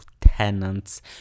tenants